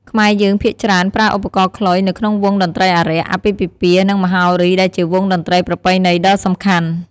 ខ្មែរយើងភាគច្រើនប្រើឧបករណ៍ខ្លុយនៅក្នុងវង់តន្ត្រីអារក្ស អាពាហ៍ពិពាហ៍ និងមហោរីដែលជាវង់តន្ត្រីប្រពៃណីដ៏សំខាន់។